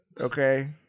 okay